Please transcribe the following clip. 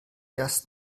erst